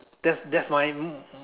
that's that's why mm